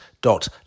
dot